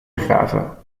begraven